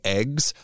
eggs